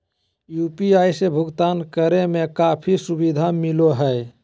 UPI से भुकतान करे में काफी सुबधा मिलैय हइ